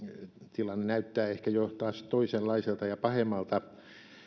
tilanne jo näyttää ehkä taas toisenlaiselta ja pahemmalta